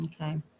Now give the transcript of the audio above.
Okay